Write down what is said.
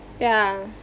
ya